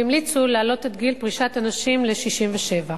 והמליצה להעלות את גיל פרישת הנשים ל-67.